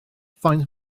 faint